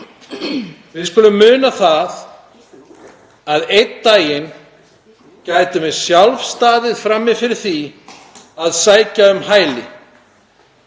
Við skulum muna það að einn daginn gætum við sjálf staðið frammi fyrir því að sækja um hæli